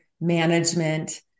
management